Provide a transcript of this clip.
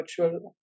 virtual